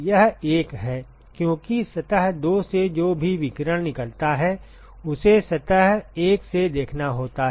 यह 1 है क्योंकि सतह 2 से जो भी विकिरण निकलता है उसे सतह 1 से देखना होता है